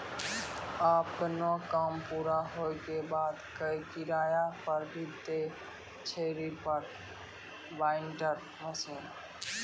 आपनो काम पूरा होला के बाद, किराया पर भी दै छै रीपर बाइंडर मशीन